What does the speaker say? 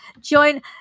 Join